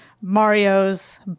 Mario's